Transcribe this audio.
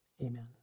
amen